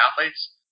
athletes